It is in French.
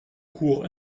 cours